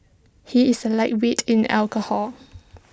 he is A lightweight in alcohol